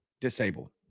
disabled